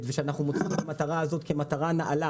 ואנחנו לוקחים את המטרה הזאת כמטרה נעלה,